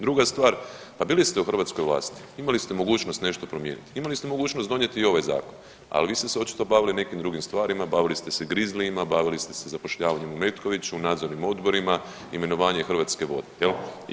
Druga stvar, a bili ste u hrvatskoj vlasti, imali ste mogućnost nešto promijeniti, imali ste mogućnost donijeti i ovaj zakon ali vi ste se očito bavili nekim drugim stvarima, bavili ste se grizlijima, bavili ste se zapošljavanjem u Metkoviću, u nadzornim odborima, imenovanje Hrvatske vode jel.